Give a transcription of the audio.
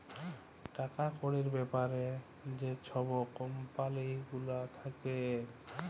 টাকা কড়ির ব্যাপারে যে ছব কম্পালি গুলা থ্যাকে